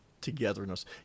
togetherness